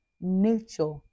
nature